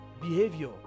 behavior